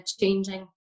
changing